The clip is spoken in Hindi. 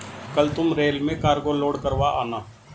कल तुम रेल में कार्गो लोड करवा आना